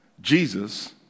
Jesus